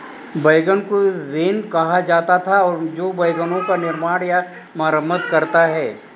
wagon को van कहा जाता था और जो वैगनों का निर्माण या मरम्मत करता है